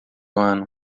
ano